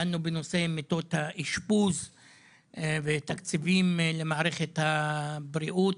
דנו בנושא מיטות האשפוז ותקציבים למערכת הבריאות.